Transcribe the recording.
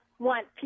want